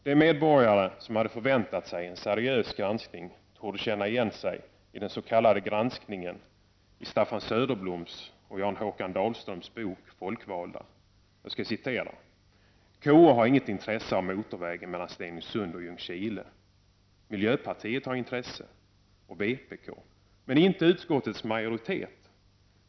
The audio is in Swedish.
De medborgare som hade förväntat sig en seriös granskning torde känna igen den s.k. granskning som beskrivs i Staffan Söderbloms och Jan Håkan Dahlströms bok Folkvalda. De skriver där: ”KU har inget intresse av motorvägen mellan Stenungsund och Ljungskile, miljöpartiet har intresse, och VPK, men inte utskottets majoritet.